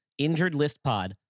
InjuredListPod